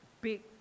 big